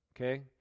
okay